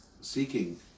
seeking